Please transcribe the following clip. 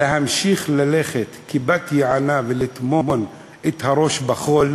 להמשיך כבת-יענה ולטמון את הראש בחול,